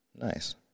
nice